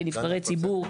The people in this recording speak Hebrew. כנבחרי ציבור,